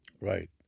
Right